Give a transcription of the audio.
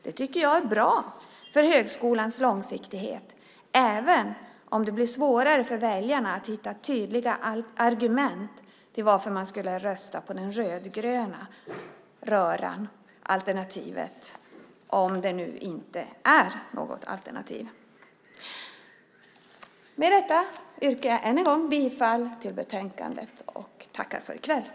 Det tycker jag är bra för högskolans långsiktighet, även om det blir svårare för väljarna att hitta tydliga argument till varför man skulle rösta på den rödgröna röran om det nu inte är något alternativ. Jag yrkar än en gång bifall till utskottets förslag i betänkandet.